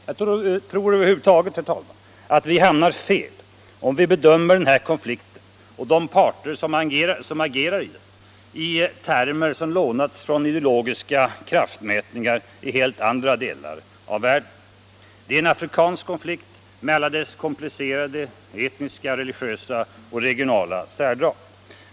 Jag tror över huvud taget att vi hamnar fel om vi bedömer den här konflikten och de parter som agerar i den i termer som lånats från ideologiska kraftmätningar i helt andra delar av världen. Det är en afrikansk konflikt med alla dess komplicerade etniska, religiösa och regionala särdrag.